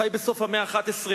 חי בסוף המאה ה-11,